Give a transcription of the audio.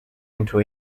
into